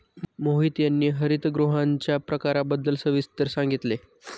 मोहित यांनी हरितगृहांच्या प्रकारांबद्दल सविस्तर सांगितले